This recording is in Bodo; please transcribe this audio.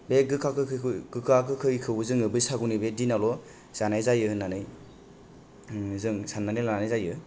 बे गोखा गोखै गोखा गोखैखौ जोङो बैसागुनि बे दिनावल' जानाय जायो होन्नानै जों सान्नानै लानाय जायो